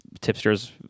tipsters